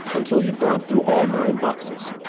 until you've gone through all nine boxes.